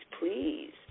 please